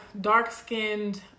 dark-skinned